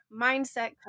mindset